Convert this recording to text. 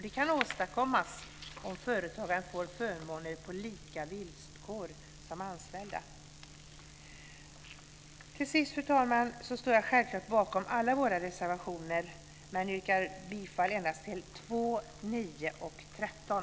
Det kan åstadkommas om företagaren får förmåner på lika villkor som anställda. Fru talman! Jag står självklart bakom alla våra reservationer, men jag yrkar bifall endast till reservationerna 2, 9 och 13.